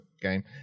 game